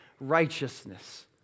righteousness